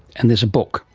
and there's a book,